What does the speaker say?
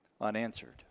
unanswered